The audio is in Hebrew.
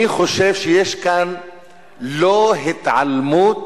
אני חושב שיש כאן לא התעלמות